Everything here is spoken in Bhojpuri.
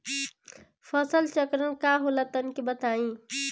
फसल चक्रण का होला तनि बताई?